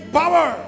power